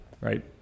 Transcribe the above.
right